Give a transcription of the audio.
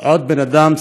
עוד בן אדם,